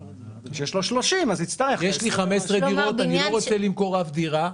שיש לו 30 אז יצטרך --- יש לי 15 דירות אני לא רוצה למכור אף דירה,